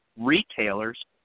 retailers